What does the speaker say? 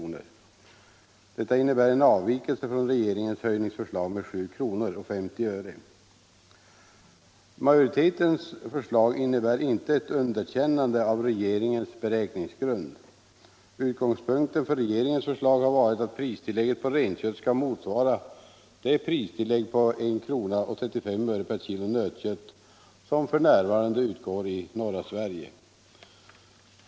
Detta innebär en avvikelse från regeringens höjningsförslag med 7:50 kr. Majoritetens förslag innebär inte ett underkännande av regeringens beräkningsgrund. Utgångspunkten för regeringens förslag har varit att pristillägget på renkött skall motsvara det pristillägg på 1:35 kr. per kilo nötkött som f.n. utgår i norra Sverige.